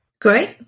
Great